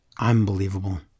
Unbelievable